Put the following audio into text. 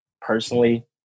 personally